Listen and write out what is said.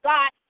God